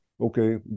okay